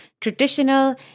traditional